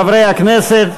חברי הכנסת,